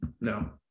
no